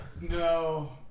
No